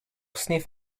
sniff